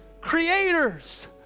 creators